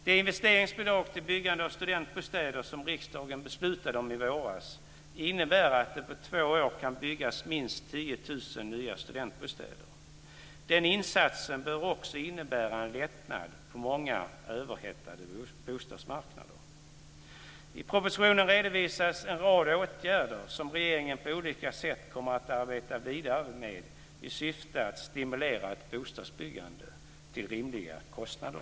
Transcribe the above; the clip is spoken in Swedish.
Det investeringsbidrag för byggande av studentbostäder som riksdagen beslutade om i våras innebär att det på två år kan byggas minst 10 000 nya studentbostäder. Den insatsen bör också innebära en lättnad på många överhettade bostadsmarknader. I propositionen redovisas en rad åtgärder som regeringen på olika sätt kommer att arbeta vidare med i syfte att stimulera ett bostadsbyggande till rimliga kostnader.